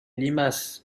limace